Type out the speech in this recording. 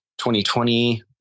2020